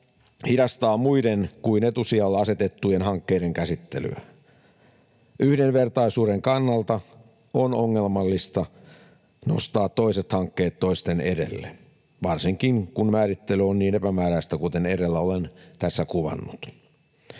hidastaa muiden kuin etusijalle asetettujen hankkeiden käsittelyä. Yhdenvertaisuuden kannalta on ongelmallista nostaa toiset hankkeet toisten edelle, varsinkin kun määrittely on niin epämääräistä, kuten edellä olen tässä kuvannut.